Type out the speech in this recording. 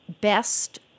best